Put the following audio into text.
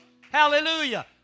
Hallelujah